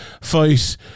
fight